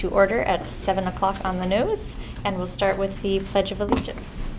order at seven o'clock on the notice and we'll start with the pledge of allegiance